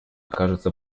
окажется